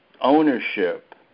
ownership